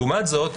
לעומת זאת,